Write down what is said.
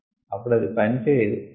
అప్పుడు అది పనిచేయదు